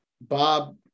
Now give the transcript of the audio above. Bob